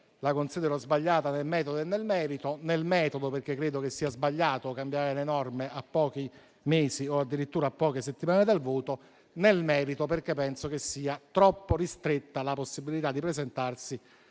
La considero sbagliata nel metodo e nel merito: nel metodo, perché credo che sia sbagliato cambiare le norme a pochi mesi o addirittura a poche settimane dal voto; nel merito, perché penso che sia troppo ristretta la possibilità di presentarsi